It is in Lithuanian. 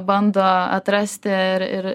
bando atrasti ir ir